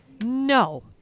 No